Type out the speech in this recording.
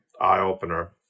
eye-opener